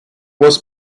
was